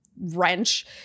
wrench